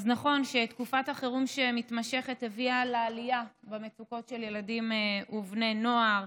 נכון שתקופת החירום המתמשכת הביאה לעלייה במצוקות של ילדים ובני נוער.